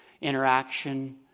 interaction